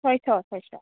ছয়শ ছয়শ